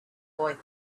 boy